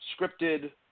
scripted